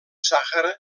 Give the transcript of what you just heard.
sàhara